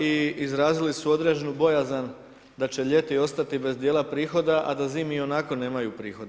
I izrazili su određenu bojazan, da će ljeti ostati bez dijela prihoda, a da zimi ionako nemaju prihoda.